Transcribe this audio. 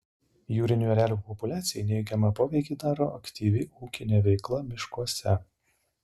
jūrinių erelių populiacijai neigiamą poveikį daro aktyvi ūkinė veikla miškuose